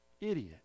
idiot